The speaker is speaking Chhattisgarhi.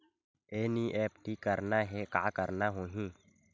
एन.ई.एफ.टी करना हे का करना होही?